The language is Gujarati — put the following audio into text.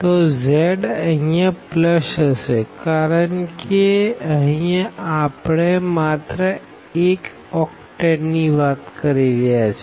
તો z અહિયાં પ્લસ હશે કારણ કે અહી આપણે માત્ર એક ઓક્ટેનની વાત કરી રહ્યા છે